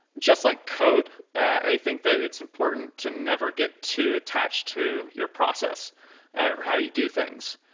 just like code, i think that it's important to never get to attach to your process or how you do things.